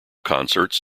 concerts